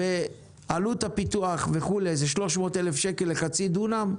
ועלות הפיתוח וכו', זה 300 אלף שקל לחצי דונם,